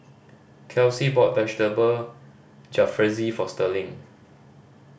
Kelsi bought Vegetable Jalfrezi for Sterling